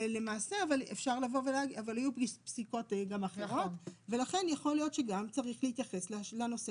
אבל היו פסיקות גם אחרות ולכן יכול להיות שגם צריך להתייחס לנושא